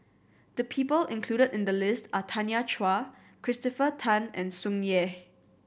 the people included in the list are Tanya Chua Christopher Tan and Tsung Yeh